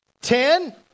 ten